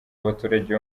abaturage